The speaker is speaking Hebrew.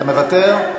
מוותר.